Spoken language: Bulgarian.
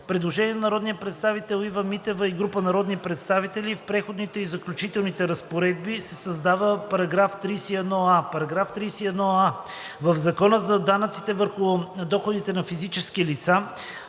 Предложение на народния представител Ива Митева и група народни представители: „В Преходните и заключителните разпоредби се създава § 31а: „§ 31а. В Закона за данъците върху доходите на физическите лица